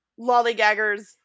lollygaggers